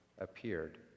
appeared